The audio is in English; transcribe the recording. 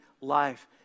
life